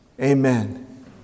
Amen